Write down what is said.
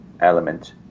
element